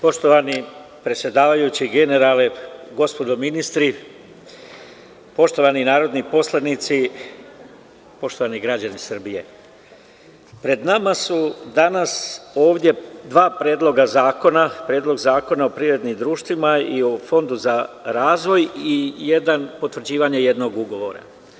Poštovani predsedavajući generale, gospodo ministri, poštovani narodni poslanici, poštovani građani Srbije, pred nama su danas ovde dva predloga zakona, Predlog zakona o privrednim društvima i o Fondu za razvoj i potvrđivanje jednog ugovora.